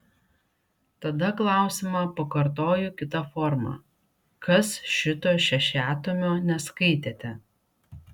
tada klausimą pakartoju kita forma kas šito šešiatomio neskaitėte